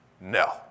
No